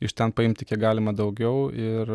iš ten paimti kiek galima daugiau ir